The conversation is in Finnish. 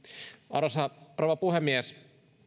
arvoisa rouva puhemies